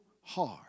hard